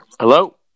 hello